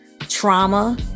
trauma